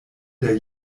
der